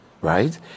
right